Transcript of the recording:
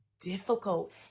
difficult